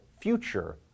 future